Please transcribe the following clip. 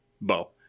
Bo